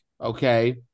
okay